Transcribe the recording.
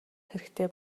хэрэгтэй